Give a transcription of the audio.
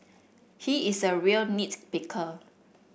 he is a real nits picker